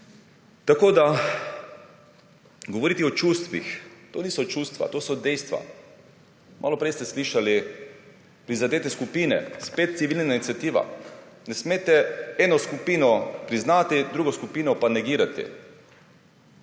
sprejemam. Govoriti o čustvih - to niso čustva, to so dejstva. Maloprej ste slišali prizadete skupine, spet civilna iniciativa. Ne smete ene skupine priznati, drugo skupino pa negirati.